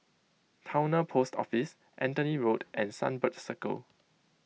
Towner Post Office Anthony Road and Sunbird Circle